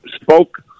spoke